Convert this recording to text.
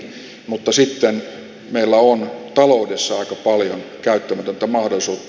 mutta sitten meillä on taloudessa aika paljon käyttämätöntä mahdollisuutta